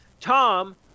Tom